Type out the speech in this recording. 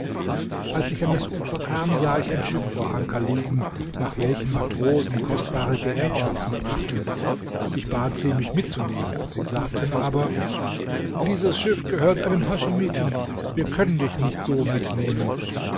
als ich an das ufer kam sah ich ein schiff vor anker liegen nach welchem matrosen kostbare gerätschaften brachten ich bat sie mich mitzunehmen sie sagten aber dieses schiff gehört einem haschimiten wir können dich nicht so mitnehmen